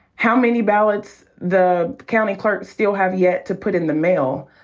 how many ballots the county clerk still have yet to put in the mail.